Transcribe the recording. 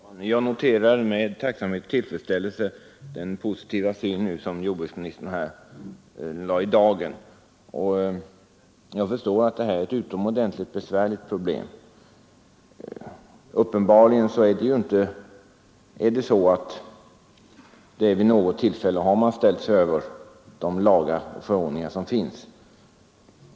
Herr talman! Jag noterar med tacksamhet och tillfredsställelse den positiva syn som jordbruksministern nu lade i dagen. Jag förstår att detta är ett utomordentligt besvärligt problem, Uppenbarligen är det så att man vid något tillfälle satt sig över de lagar och förordningar som finns.